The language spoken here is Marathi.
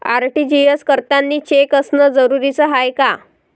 आर.टी.जी.एस करतांनी चेक असनं जरुरीच हाय का?